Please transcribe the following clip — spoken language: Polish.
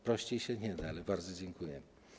Prościej się nie da, ale bardzo dziękuję.